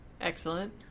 Excellent